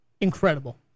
incredible